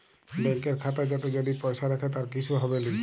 ব্যাংকের খাতা যাতে যদি পয়সা রাখে তার কিসু হবেলি